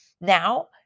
Now